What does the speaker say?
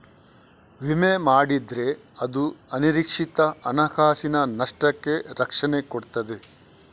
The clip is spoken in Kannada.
ವಿಮೆ ಮಾಡಿದ್ರೆ ಅದು ಅನಿರೀಕ್ಷಿತ ಹಣಕಾಸಿನ ನಷ್ಟಕ್ಕೆ ರಕ್ಷಣೆ ಕೊಡ್ತದೆ